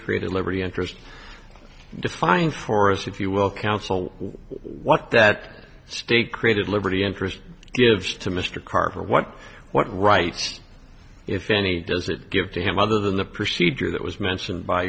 created liberty interest defying forest if you will counsel what that state created liberty interest gives to mr carter what what rights if any does that give to him other than the procedure that was mentioned by